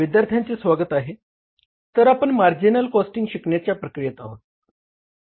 विद्यार्थ्यांचे स्वागत आहे तर आपण मार्जिनल कॉस्टिंग शिकण्याच्या प्रक्रियेत आहोत